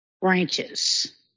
branches